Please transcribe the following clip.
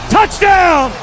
Touchdown